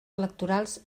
electorals